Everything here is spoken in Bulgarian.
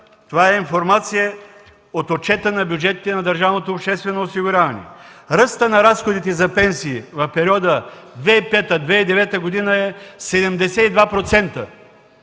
това е информация от бюджетите на държавното обществено осигуряване. Ръстът на разходите за пенсии в периода 2005-2009 г. е 72%